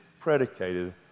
predicated